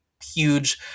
Huge